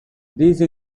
these